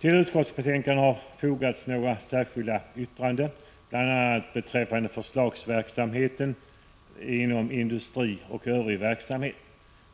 Till utskottsbetänkandet har fogats några särskilda yttranden, bl.a. beträffande förslagsverksamheten inom industri och övrig verksamhet.